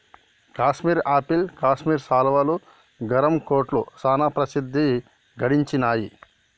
Kashmir apples Kashmir శాలువాలు, గరం కోట్లు చానా ప్రసిద్ధి గడించినాయ్